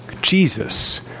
Jesus